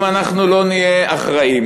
אם אנחנו לא נהיה אחראיים